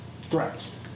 threats